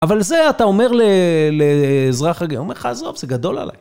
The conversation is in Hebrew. אבל זה אתה אומר לאזרח רביל, הוא אומר לך, עזוב, זה גדול עליי.